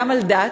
גם על דת: